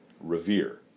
revere